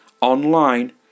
online